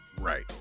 Right